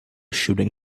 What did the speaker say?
shooting